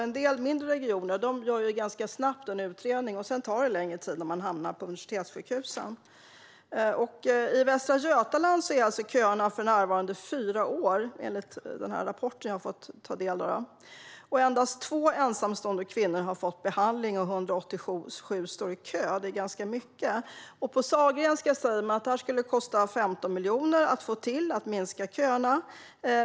En del mindre regioner gör ganska snabbt en utredning, och sedan tar det längre tid när man hamnar på universitetssjukhusen. I Västra Götaland är köerna för närvarande fyra år, enligt rapporten jag har fått ta del av. Endast 2 ensamstående kvinnor har fått behandling, och 187 står i kö. Det är ganska mycket. På Sahlgrenska säger man att det skulle kosta 15 miljoner att minska köerna.